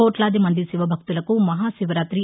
కోట్లాది మంది శివ భక్తులకు మహా శివరాతి